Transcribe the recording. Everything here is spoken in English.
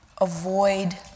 avoid